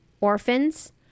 orphans